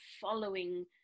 following